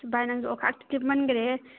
ꯚꯥꯏ ꯅꯪꯁꯨ ꯑꯣꯈꯥꯛꯇꯤ ꯀꯦꯃꯟꯈ꯭ꯔꯦꯍꯦ